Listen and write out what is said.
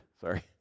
Sorry